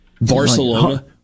Barcelona